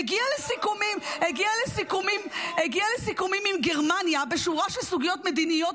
--- "הגיע לסיכומים עם גרמניה בשורה של סוגיות מדיניות,